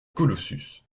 colossus